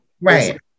right